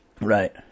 right